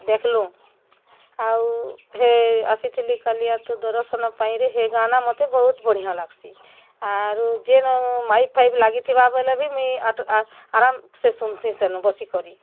ଦେଁଖଲୁ ଆଉ ହେ ଆସିଥିଲି କାଲିଆ ତୋ ଦରଶନ ପାଇଁରେ ହେ ଗାନା ମୋତେ ବହୁତ୍ ବଁଢ଼ିଆ ଲାଗସି ଆରୁ ଯେନ ମାଇକ୍ ଫାଇପ୍ ଲାଗିଥିବା ବୋଲେ ବି ମୁଇଁ ଆରାମସେ ଶୁନସି ସେନ ବସିକରି